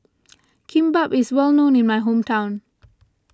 Kimbap is well known in my hometown